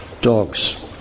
dogs